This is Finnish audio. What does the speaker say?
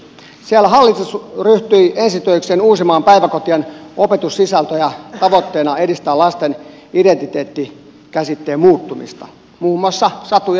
siellä hallitus ryhtyi ensi töikseen uusimaan päiväkotien opetussisältöjä tavoitteena edistää lasten identiteettikäsityksen muuttumista muun muassa satujen muodossa